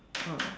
ah